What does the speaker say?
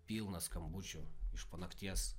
pilna skambučių iš po nakties